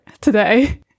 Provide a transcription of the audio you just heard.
today